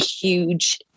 huge